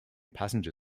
passenger